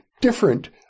different